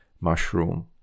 mushroom